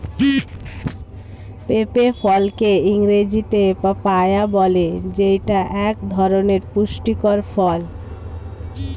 পেঁপে ফলকে ইংরেজিতে পাপায়া বলে যেইটা এক ধরনের পুষ্টিকর ফল